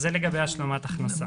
זה לגבי השלמת הכנסה.